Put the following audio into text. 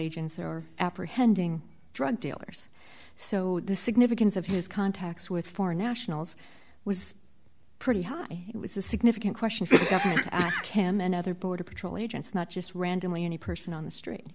agents were apprehending drug dealers so the significance of his contacts with foreign nationals was pretty high it was a significant question for him and other border patrol agents not just randomly any person on the street